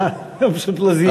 אה, פשוט לא זיהיתי.